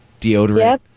deodorant